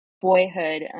boyhood